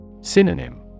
Synonym